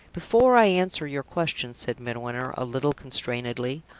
before i answer your question, said midwinter, a little constrainedly,